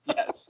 Yes